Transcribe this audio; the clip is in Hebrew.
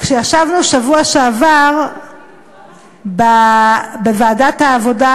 כשישבנו בשבוע שעבר בוועדת העבודה,